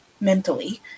mentally